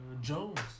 Jones